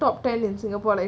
top ten in singapore like